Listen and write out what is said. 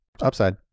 upside